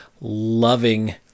loving